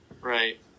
Right